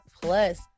Plus